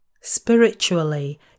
Spiritually